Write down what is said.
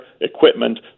equipment